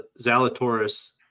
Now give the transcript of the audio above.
Zalatoris